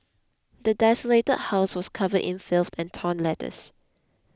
the desolated house was covered in filth and torn letters